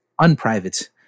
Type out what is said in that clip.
unprivate